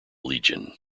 legion